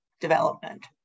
development